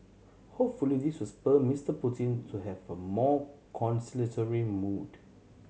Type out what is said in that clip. hopefully this will spur Mister Putin to have a more conciliatory mood